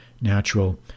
natural